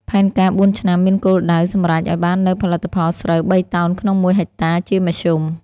ផែនការបួនឆ្នាំមានគោលដៅសម្រេចឱ្យបាននូវផលិតផលស្រូវបីតោនក្នុងមួយហិកតាជាមធ្យម ។